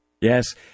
Yes